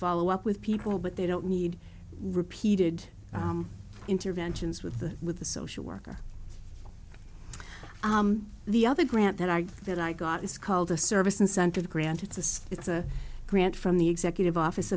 follow up with people but they don't need repeated interventions with the with the social worker the other grant that i that i got it's called a service incentive grant it's a so it's a grant from the executive office